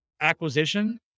acquisition